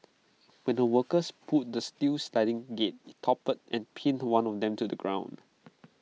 when the workers pulled the steel sliding gate IT toppled and pinned one of them to the ground